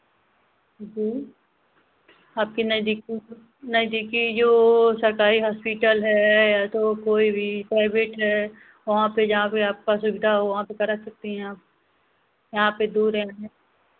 जी आपके नज़दीकी जो नज़दीकी जो सरकारी हॉस्पिटल है या तो कोई भी प्राइवेट है वहाँ पर जहाँ पर आपका सुविधा हो वहाँ पर करा सकती हैं आप यहाँ पर दूर है